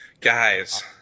Guys